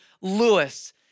Lewis